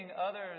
others